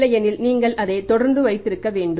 இல்லையெனில் நீங்கள் அதை தொடர்ந்து வைத்திருக்கிறீர்கள்